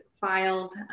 filed